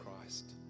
Christ